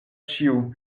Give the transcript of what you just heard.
ĉiu